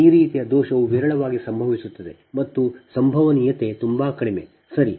ಈ ರೀತಿಯ ದೋಷವು ವಿರಳವಾಗಿ ಸಂಭವಿಸುತ್ತದೆ ಮತ್ತು ಸಂಭವನೀಯತೆ ತುಂಬಾ ಕಡಿಮೆ ಸರಿ